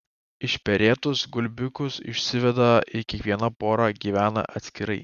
išperėtus gulbiukus išsiveda ir kiekviena pora gyvena atskirai